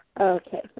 Okay